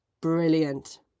Brilliant